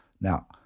now